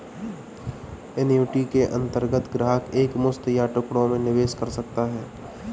annuity के अंतर्गत ग्राहक एक मुश्त या टुकड़ों में निवेश कर सकता है